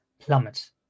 plummet